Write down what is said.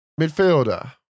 Midfielder